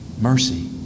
mercy